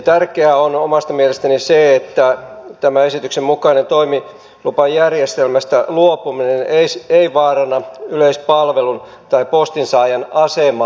tärkeää on omasta mielestäni se että tämän esityksen mukaisesta toimilupajärjestelmästä luopuminen ei vaaranna yleispalvelun tai postin saajan asemaa